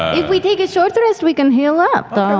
ah if we take a short rest we can heal up, though.